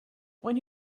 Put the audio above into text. when